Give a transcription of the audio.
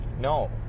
No